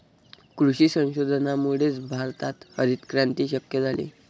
कृषी संशोधनामुळेच भारतात हरितक्रांती शक्य झाली